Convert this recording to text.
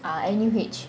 ah N_U_H